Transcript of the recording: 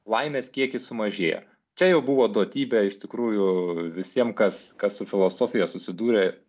laimės kiekis sumažėja čia jau buvo duotybė iš tikrųjų visiem kas kas su filosofija susidūrė